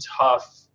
tough